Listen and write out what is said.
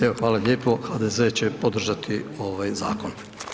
Evo, hvala lijepo, HDZ će podržati ovaj zakon.